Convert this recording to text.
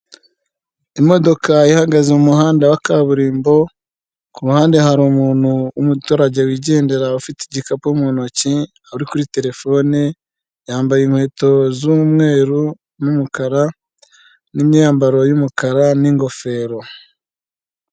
Imodoka ihagaze mu muhanda wa kaburimbo, ku ruhande hari umuntu w'umuturage wigendera ufite igikapu mu ntoki, uri kuri telefone; yambaye inkweto z'umweru n'umukara, n'imyambaro y'umukara n'ingofero.